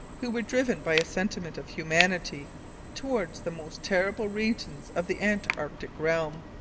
who were driven by a sentiment of humanity towards the most terrible regions of the antarctic realm.